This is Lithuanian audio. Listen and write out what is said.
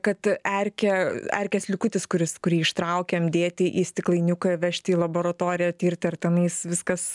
kad erkė erkės likutis kuris kurį ištraukiam dėti į stiklainiuką vežti į laboratoriją tirti ar tenais viskas